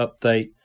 update